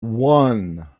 one